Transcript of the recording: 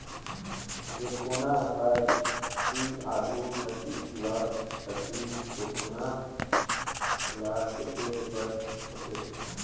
टेकोना हर ही आघु कती जुवा कती टेकोना ल टेके बर होथे